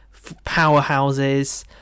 powerhouses